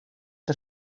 der